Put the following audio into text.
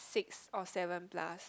six or seven plus